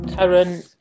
Karen